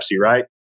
right